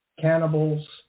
cannibals